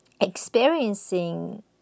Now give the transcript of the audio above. experiencing